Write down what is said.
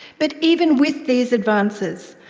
but even with these advances,